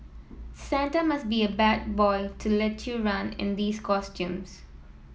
Santa must be a bad boy to let you run in these costumes